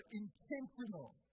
intentional